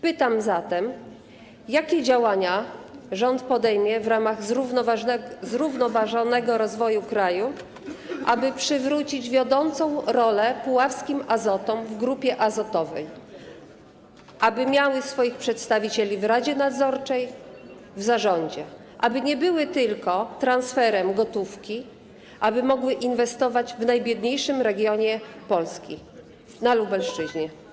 Pytam zatem: Jakie działania rząd podejmie w ramach zrównoważonego rozwoju kraju, aby przywrócić wiodącą rolę puławskim Azotom w Grupie Azoty, aby miały swoich przedstawicieli w radzie nadzorczej, w zarządzie, aby nie były tylko transferem gotówki, aby mogły inwestować w najbiedniejszym regionie Polski, na Lubelszczyźnie?